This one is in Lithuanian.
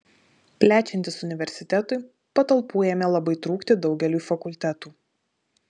plečiantis universitetui patalpų ėmė labai trūkti daugeliui fakultetų